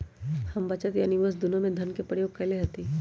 हम बचत आ निवेश दुन्नों में धन के प्रयोग कयले हती